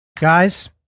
Guys